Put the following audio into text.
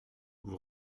vous